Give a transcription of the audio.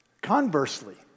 Conversely